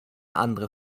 andere